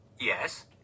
yes